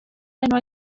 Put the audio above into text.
enwau